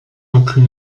inclut